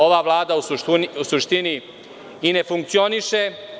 Ova Vlada u suštini i ne funkcioniše.